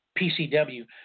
PCW